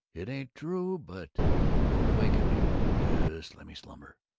it ain't true, but don't waken me! jus' lemme slumber!